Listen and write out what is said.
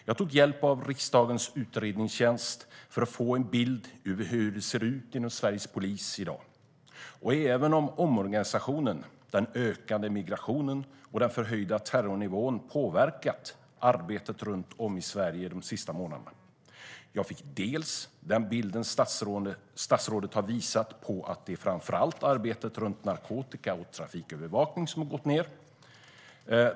Jag tog hjälp av riksdagens utredningstjänst för att få en bild över hur det ser ut inom Sveriges polis i dag och även hur omorganisationen, den ökade migrationen och den förhöjda terrornivån har påverkat arbetet runt om i Sverige de senaste månaderna. Jag fick delvis den bild statsrådet har visat på, alltså att framför allt arbetet med narkotika och trafikövervakning gått ned.